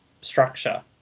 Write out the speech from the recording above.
structure